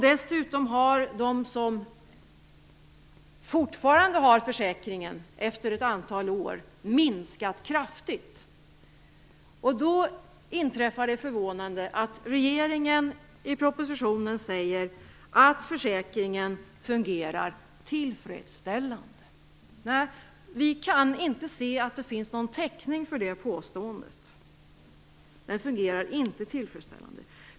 Dessutom har det antal som fortfarande har försäkringen kraftigt minskat. Då inträffar det förvånande, att regeringen i propositionen säger att försäkringen fungerar tillfredsställande. Vi kan inte se att det finns någon täckning för detta påstående. Den fungerar inte tillfredsställande.